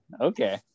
okay